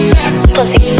Pussy